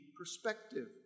Perspective